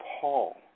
Paul